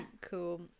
cool